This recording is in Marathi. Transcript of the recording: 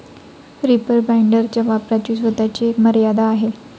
रीपर बाइंडरच्या वापराची स्वतःची एक मर्यादा आहे